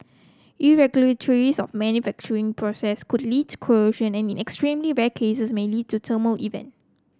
irregularities of manufacturing process could lead to corrosion and in extremely rare cases may lead to a thermal event